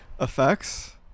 Effects